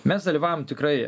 mes dalyvavom tikrai